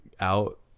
out